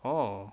orh